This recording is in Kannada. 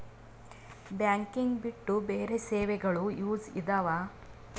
ಬ್ಯಾಂಕಿಂಗ್ ಬಿಟ್ಟು ಬೇರೆ ಸೇವೆಗಳು ಯೂಸ್ ಇದಾವ?